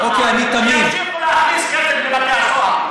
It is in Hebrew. הם ימשיכו להכניס כסף לבתי הסוהר.